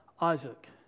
Isaac